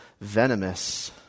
venomous